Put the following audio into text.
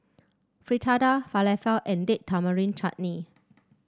Fritada Falafel and Date Tamarind Chutney